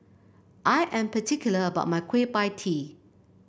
I am particular about my Kueh Pie Tee